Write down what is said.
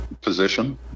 position